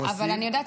אני יודעת,